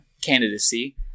candidacy